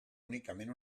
únicament